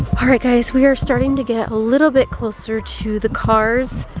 alright guys, we are starting to get a little bit closer to the cars.